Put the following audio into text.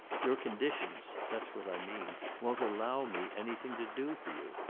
your conditions that's what i mean won't allow me anything to do for you.